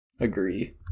Agree